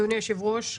אדוני היושב-ראש,